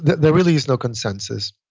there really is no consensus.